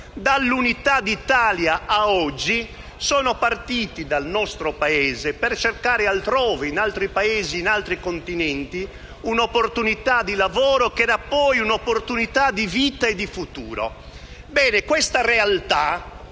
dall'Unità d'Italia ad oggi sono partiti dal nostro Paese per cercare altrove, in altri Paesi e in altri continenti, un'opportunità di lavoro che era poi un'opportunità di vita e di futuro. Bene, questa realtà